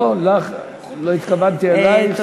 לא התכוונתי אלייך.